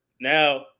now